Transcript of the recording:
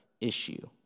issue